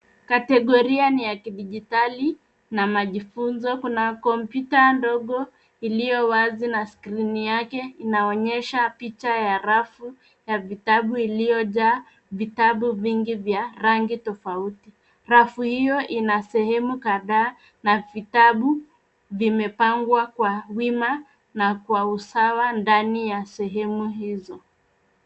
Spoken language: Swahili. Kategoria ni ya kidijitali na majifunzo. Kuna kompyuta ndogo iliyo wazi na skrini yake inaonyesha picha ya rafu ya vitabu iliyojaa vitabu vingi vya rangi tofauti. Rafu hio ina sehemu kadhaa na vitabu vimepangwa kwa wima na kwa usawa ndani ya sehemu hizo.